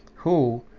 who,